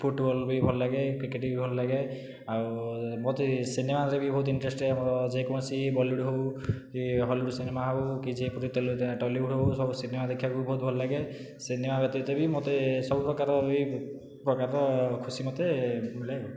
football ବି ଭଲ ଲାଗେ କ୍ରିକେଟ ବି ଭଲ ଲାଗେ ଆଉ ମୋତେ ସିନେମାରେ ବି ବହୁତ ଇଣ୍ଟେରେଷ୍ଟ ଆମର ଯେକୌଣସି ବଲିଉଡ଼ ହେଉ କି ହଲିଉଡ଼ ସିନେମା ହେଉକି ଯେପରିକି ଟଲିଉଡ଼ ହେଉ ସିନେମା ଦେଖିବାକୁ ବି ବହୁତ ଭଲ ଲାଗେ ସିନେମା ବ୍ୟତୀତ ବି ମୋତେ ସବୁ ପ୍ରକାରର ବି ପ୍ରକାରର ଖୁସି ମୋତେ ମିଳେ ଆଉ